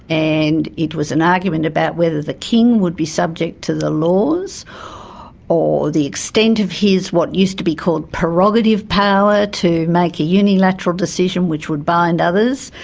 and it was an argument about whether the king would be subject to the laws or the extent of his what used to be called prerogative power to make a unilateral decision which would bind others,